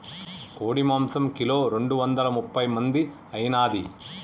కోడి మాంసం కిలో రెండు వందల ముప్పై మంది ఐనాది